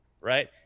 right